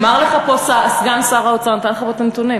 אמר לך פה סגן שר האוצר, נתן לך פה את הנתונים.